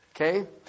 Okay